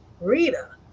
Rita